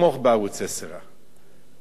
כי זו בקשת הממשלה,